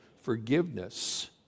Forgiveness